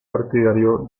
partidario